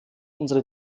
unsere